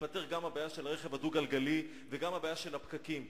תיפתר גם הבעיה של הרכב הדו-גלגלי וגם הבעיה של הפקקים.